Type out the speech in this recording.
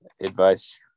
advice